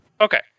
Okay